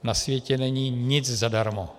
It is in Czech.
Na světě není nic zadarmo.